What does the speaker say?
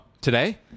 Today